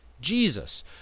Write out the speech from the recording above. Jesus